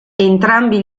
entrambi